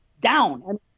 down